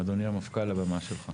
אדוני המפכ"ל, הבמה שלך.